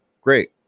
Great